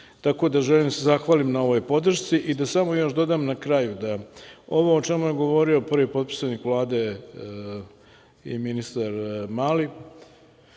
Tako da želim da se zahvalim na ovoj podršci. Želim da samo još dodam na kraju ovo o čemu je govorio prvi potpredsednik Vlade i ministar Mali,